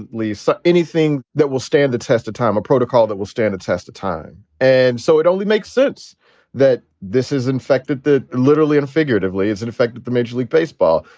lisa, anything that will stand the test of time, a protocol that will stand the test of time. and so it only makes sense that this is infected, that literally and figuratively, it's in effect that the major league baseball,